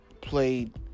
played